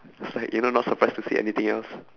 was like you know not surprised to see anything else